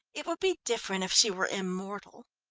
it would be different if she were immortal.